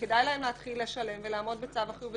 שכדאי להם להתחיל לשלם ולעמוד בצו החיוב בתשלומים.